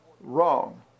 wrong